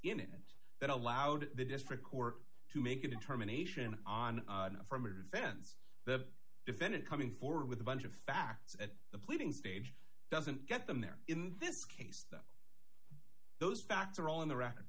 in it that allowed the district court to make a determination on an affirmative defense the defendant coming forward with a bunch of facts at the pleading stage doesn't get them there in this case those facts are on the r